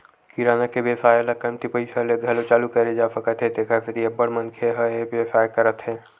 किराना के बेवसाय ल कमती पइसा ले घलो चालू करे जा सकत हे तेखर सेती अब्बड़ मनखे ह ए बेवसाय करत हे